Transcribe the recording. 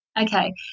Okay